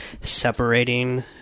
separating